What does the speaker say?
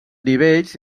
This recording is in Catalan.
nivells